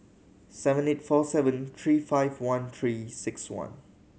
seven eight four seven three five one Three Six One